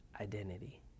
identity